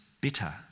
bitter